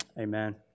Amen